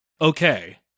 okay